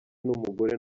n’umugore